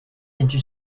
into